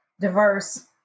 diverse